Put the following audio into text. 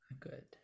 good